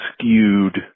skewed